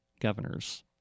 governors